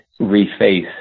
reface